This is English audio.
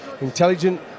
Intelligent